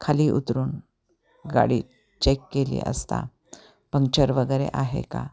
खाली उतरून गाडी चेक केली असता पंक्चर वगैरे आहे का